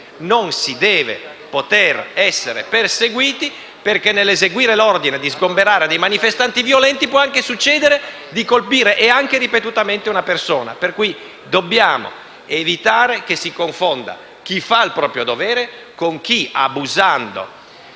non si deve poter essere perseguiti. Nell'eseguire l'ordine di sgomberare dei manifestanti violenti, infatti, può capitare di colpire, anche ripetutamente, una persona. Dobbiamo evitare che si confonda chi svolge il proprio dovere con chi, abusando